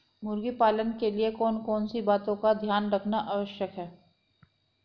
मुर्गी पालन के लिए कौन कौन सी बातों का ध्यान रखना आवश्यक है?